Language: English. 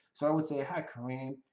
so i would say, hi karim,